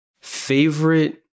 Favorite